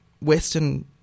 western